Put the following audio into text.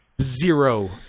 zero